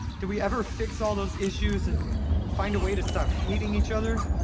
did we ever fix all those issues and find a way to stop hating each other?